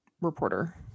reporter